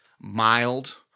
mild